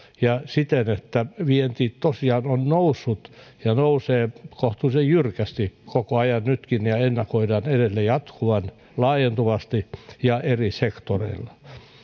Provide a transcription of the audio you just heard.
ja siten että vienti tosiaan on noussut ja nousee kohtuullisen jyrkästi koko ajan nytkin ja nousun ennakoidaan edelleen jatkuvan laajentuvasti ja eri sektoreilla